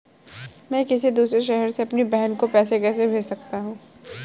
मैं किसी दूसरे शहर से अपनी बहन को पैसे कैसे भेज सकता हूँ?